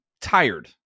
tired